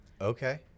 Okay